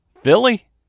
Philly